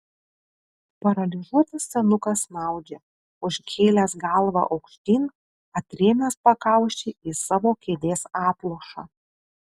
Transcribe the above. paralyžiuotas senukas snaudžia užkėlęs galvą aukštyn atrėmęs pakauši į savo kėdės atlošą